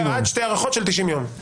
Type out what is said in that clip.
לא כתבנו פה בית המשפט יבחן אם אין מספיק.